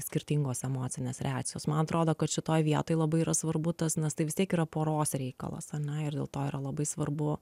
skirtingos emocinės reakcijos man atrodo kad šitoj vietoj labai yra svarbu tas nes tai vis tiek yra poros reikalas ane ir dėl to yra labai svarbu